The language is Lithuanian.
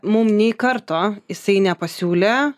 mum nei karto jisai nepasiūlė